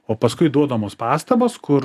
o paskui duodamos pastabos kur